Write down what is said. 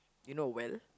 you know well